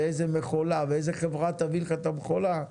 ואיזו מכולה ואיזו חברה תביא לך את המכולה,